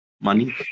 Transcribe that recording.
money